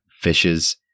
fishes